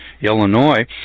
Illinois